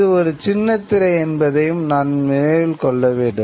இது ஒரு சின்ன திரை என்பதையும் நாம் நினைவில் கொள்ளவேண்டும்